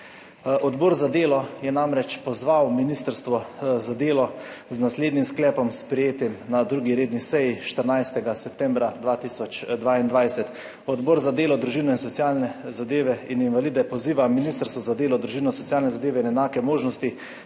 Odbor za delo je namreč pozval Ministrstvo za delo z naslednjim sklepom, sprejetim na 2. redni seji 14. septembra 2022: »Odbor za delo, družino, socialne zadeve in invalide poziva Ministrstvo za delo, družino, socialne zadeve in enake možnosti,